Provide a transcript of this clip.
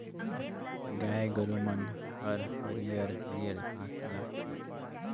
गाय गोरु मन हर हरियर हरियर घास ल चरथे